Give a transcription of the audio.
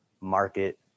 market